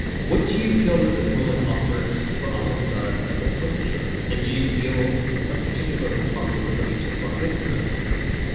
what do you feel that this moment offers for almost todd as a publisher? and do you feel a particular responsibility to rise to that moment?